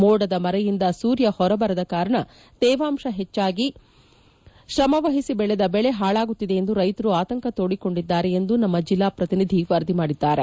ಮೋಡದ ಮರೆಯಿಂದ ಸೂರ್ಯ ಹೊರಬರದ ಕಾರಣ ತೇವಾಂಶ ಹೆಚ್ಚಾಗಿ ಶ್ರಮವಹಿಸಿ ಬೆಳೆದ ಬೆಳೆ ಹಾಳಾಗುತ್ತಿದೆ ಎಂದು ರೈತರು ಆತಂಕ ತೋಡಿಕೊಂಡಿದ್ದಾರೆ ಎಂದು ನಮ್ನ ಜಿಲ್ಲಾ ಪ್ರತಿನಿಧಿ ವರದಿ ಮಾಡಿದ್ದಾರೆ